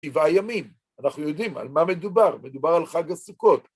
שבעה ימים, אנחנו יודעים על מה מדובר, מדובר על חג הסוכות.